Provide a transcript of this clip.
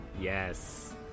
Yes